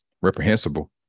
Reprehensible